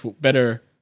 better